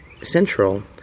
central